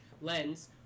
lens